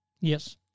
Yes